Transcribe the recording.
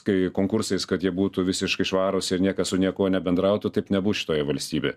kai konkursais kad jie būtų visiškai švarūs ir niekas su niekuo nebendrautų taip nebus šitoje valstybėje